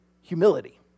humility